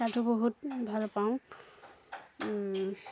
তাতো বহুত ভাল পাওঁ